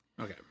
Okay